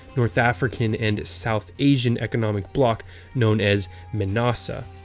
north african, and south asian economic bloc known as menasa.